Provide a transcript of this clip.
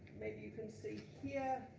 maybe you can see yeah